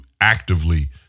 actively